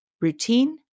routine